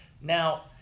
now